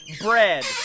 bread